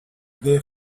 they